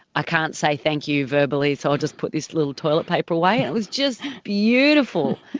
i can't say thank you verbally so i'll just put this little toilet paper away. it was just beautiful.